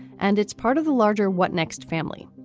and it's part of the larger what next family.